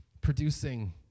producing